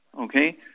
Okay